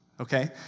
Okay